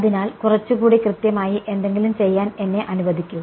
അതിനാൽ കുറച്ചുകൂടി കൃത്യമായി എന്തെങ്കിലും ചെയ്യാൻ എന്നെ അനുവദിക്കൂ